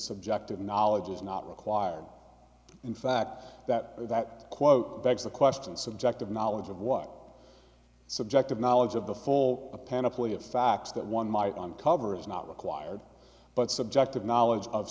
subjective knowledge is not required in fact that that quote begs the question subjective knowledge of what subjective knowledge of the full panoply of facts that one might uncover is not required but subjective knowledge of